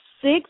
six